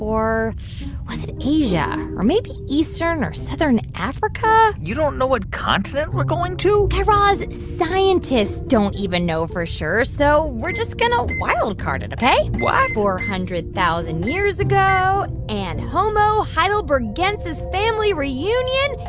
or was it asia or maybe eastern or southern africa? you don't know what continent we're going to? guy raz, scientists don't even know for sure, so we're just going to wild card it, ok? what? four hundred thousand years ago. and homo heidelbergensis family reunion,